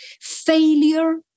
failure